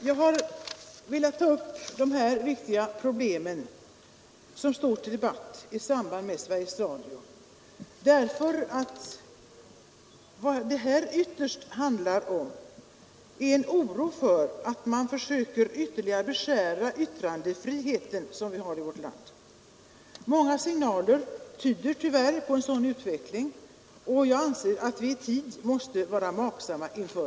Jag har velat ta upp de här viktiga problemen som står under debatt i samband med Sveriges Radio därför att vad det ytterst handlar om är en oro för att man försöker ytterligare beskära yttrandefriheten i vårt land. Många signaler tyder tyvärr på en sådan utveckling, som vi i tid måste vara vaksamma inför.